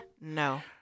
No